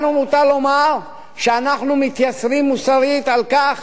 לנו מותר לומר שאנחנו מתייסרים מוסרית מכך